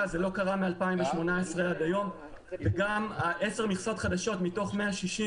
תועבר המכסה לחלוקה בקרב המגדלים לפי פסקה (8); עד 10 מכסות מתוך ההיקף